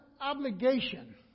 obligation